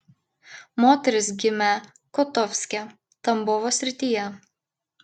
moteris gimė kotovske tambovo srityje